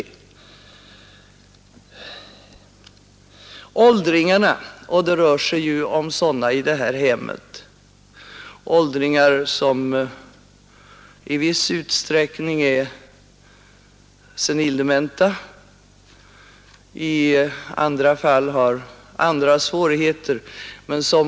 Patienterna på detta hem är åldringar, som i viss utsträckning är senildementa och i andra fall har svårigheter av annat slag.